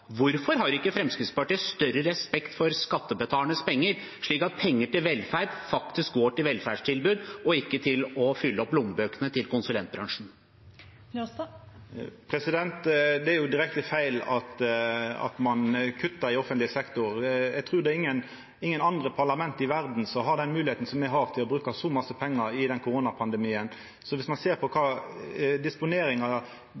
Hvorfor har ikke Fremskrittspartiet større respekt for skattebetalernes penger, slik at penger til velferd faktisk går til velferdstilbud, og ikke til å fylle opp lommebøkene til konsulentbransjen? Det er direkte feil at ein kuttar i offentleg sektor. Eg trur ingen andre parlament i verda har den moglegheita som me har til å bruka så masse pengar under koronapandemien. Om ein ser på